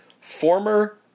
former